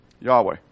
Yahweh